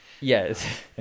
Yes